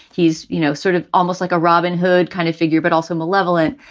he's, you know, sort of almost like a robin hood kind of figure, but also malevolent.